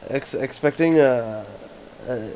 ex~ expecting err uh